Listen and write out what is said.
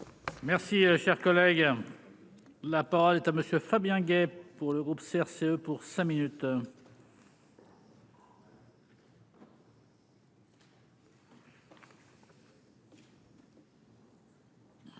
Merci, cher collègue, la parole est à monsieur Fabien Gay pour le groupe CRCE pour 5 minutes. Allez,